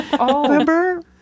Remember